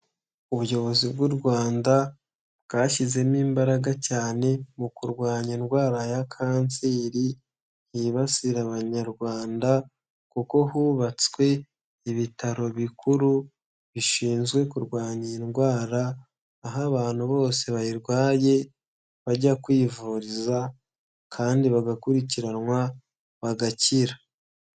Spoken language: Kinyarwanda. Ubuyobozi bw'u Rwanda bwashyizemo imbaraga cyane mu kurwanya indwara ya kanseri yibasira Abanyarwanda kuko hubatswe ibitaro bikuru bishinzwe kurwanya iyi ndwara, aho abantu bose bayirwaye bajya kwivuriza kandi bagakurikiranwa bagakira.